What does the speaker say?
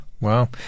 Wow